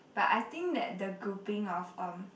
but I think that the grouping of um